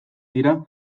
dira